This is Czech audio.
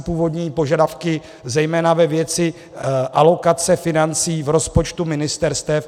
Původní požadavky zejména ve věci alokace financí v rozpočtu ministerstev.